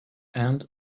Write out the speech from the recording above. and